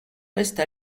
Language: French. reste